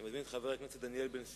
אני מזמין את חבר הכנסת דניאל בן-סימון